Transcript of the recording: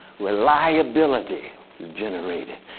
reliability is generated.